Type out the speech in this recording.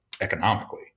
economically